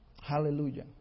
Hallelujah